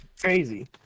crazy